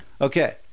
okay